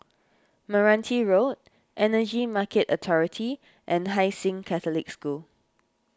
Meranti Road Energy Market Authority and Hai Sing Catholic School